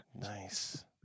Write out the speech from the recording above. Nice